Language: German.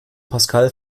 pascal